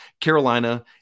Carolina